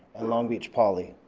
and long beach poly.